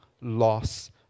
loss